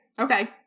okay